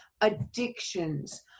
addictions